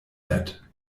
bett